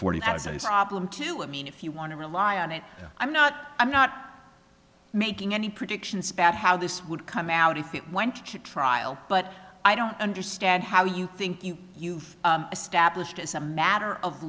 has a problem too i mean if you want to rely on it i'm not i'm not making any predictions about how this would come out if it went to trial but i don't understand how you think you you've established as a matter of